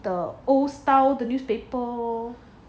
the old style the newspaper